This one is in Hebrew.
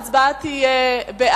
ההצבעה תהיה,